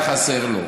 היה חסר לו.